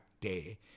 day